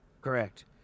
Correct